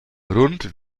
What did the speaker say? rund